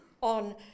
on